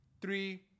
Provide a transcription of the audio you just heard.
three